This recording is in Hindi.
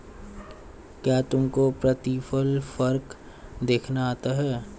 क्या तुमको प्रतिफल वक्र देखना आता है?